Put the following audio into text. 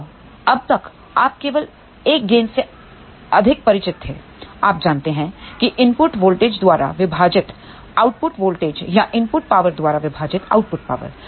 अब अब तक आप केवल 1 गेन से अधिक परिचित थे आप जानते हैं कि इनपुट वोल्टेज द्वारा विभाजित आउटपुट वोल्टेज या इनपुट पावर द्वारा विभाजित आउटपुट पावर